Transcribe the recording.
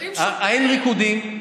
האין-ריקודים,